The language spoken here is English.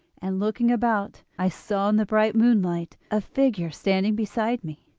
and, looking about, i saw in the bright moonlight a figure standing beside me.